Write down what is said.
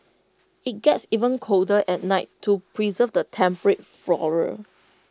IT gets even colder at night to preserve the temperate flora